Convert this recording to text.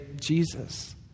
Jesus